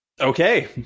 Okay